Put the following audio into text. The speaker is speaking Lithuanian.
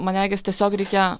man regis tiesiog reikėjo